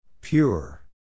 Pure